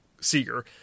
Seeger